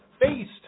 based